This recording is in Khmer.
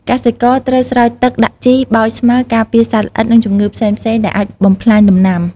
កសិករត្រូវស្រោចទឹក ដាក់ជី បោចស្មៅ ការពារសត្វល្អិត និងជំងឺផ្សេងៗ ដែលអាចបំផ្លាញដំណាំ។